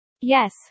Yes